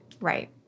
Right